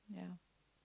ya